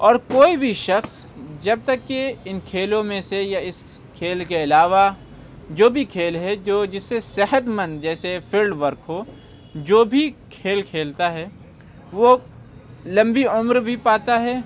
اور کوئی بھی شخص جب تک کہ اِن کھیلوں میں سے یا اِس کھیل کے علاوہ جو بھی کھیل ہے جو جس سے صحت مند جیسے فیلڈ ورک ہو جو بھی کھیل کھیلتا ہے وہ لمبی عمر بھی پاتا ہے